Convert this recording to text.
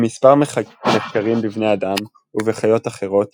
ממספר מחקרים בבני אדם ובחיות אחרות